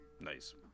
Nice